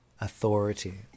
authority